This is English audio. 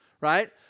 right